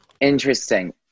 Interesting